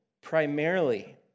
primarily